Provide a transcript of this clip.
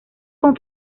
con